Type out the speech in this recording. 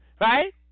right